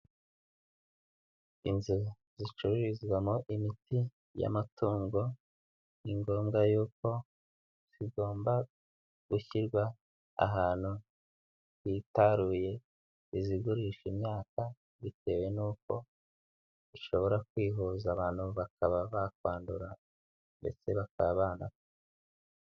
Inzu zicururizwamo imiti y'amatungo ni ngombwa y'uko zigomba gushyirwa ahantu hitaruye izigurisha imyaka, bitewe n'uko ishobora kwihuza abantu bakaba bakwandura ndetse bakaba banapfa.